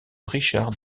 richard